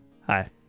Hi